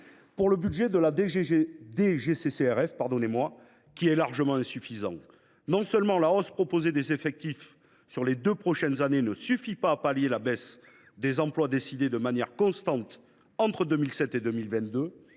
pour le budget de la DGCCRF, qui est très insuffisant. Non seulement la hausse proposée des effectifs sur les deux prochaines années ne suffit pas à pallier la baisse des emplois décidée de manière constante entre 2007 et 2022,